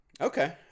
Okay